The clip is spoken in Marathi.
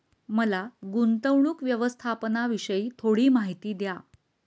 मला गुंतवणूक व्यवस्थापनाविषयी थोडी माहिती द्या